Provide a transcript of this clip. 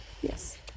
Yes